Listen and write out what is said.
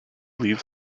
leaves